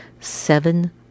seven